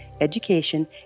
education